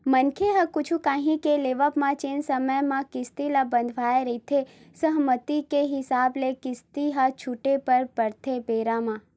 मनखे ह कुछु काही के लेवब म जेन समे म किस्ती ल बंधवाय रहिथे सहमति के हिसाब ले किस्ती ल छूटे बर परथे बेरा म